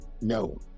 No